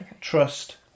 Trust